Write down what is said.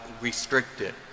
restricted